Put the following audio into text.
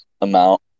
amount